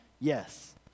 Yes